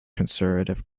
conservative